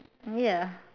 ya